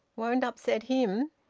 won't upset him?